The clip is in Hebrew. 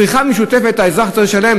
צריכה משותפת, האזרח צריך לשלם?